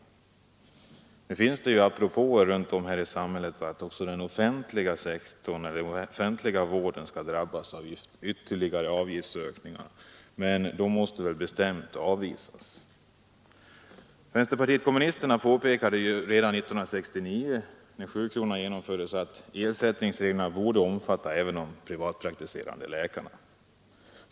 Det förekommer propåer runt om i samhället att även den offentliga sjukvården skall drabbas av ytterligare avgiftsökningar, men sådana förslag måste bestämt avvisas, Vänsterpartiet kommunisterna påpekade redan 1969, när sjukronan genomfördes, att ersättningsreglerna borde omfatta även de privatpraktiserande läkarna.